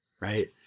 right